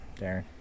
Darren